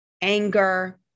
anger